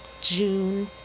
June